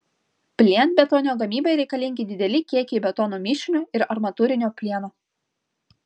plienbetonio gamybai reikalingi dideli kiekiai betono mišinio ir armatūrinio plieno